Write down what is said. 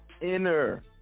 inner